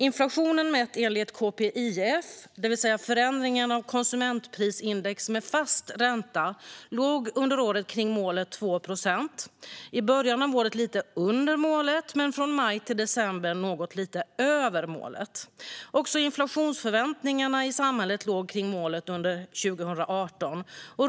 Inflationen mätt enligt KPIF, det vill säga förändringen av konsumentprisindex med fast ränta, låg under året kring målet på 2 procent. I början av året låg den lite under målet, men från maj till december låg den lite över målet. Också inflationsförväntningarna i samhället låg kring målet under 2018.